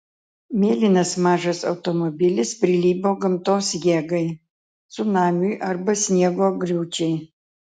mėlynas mažas automobilis prilygo gamtos jėgai cunamiui arba sniego griūčiai